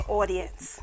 audience